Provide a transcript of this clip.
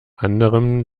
anderem